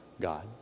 God